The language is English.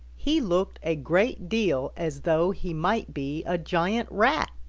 he looked a great deal as though he might be a giant rat.